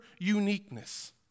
uniqueness